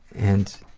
and,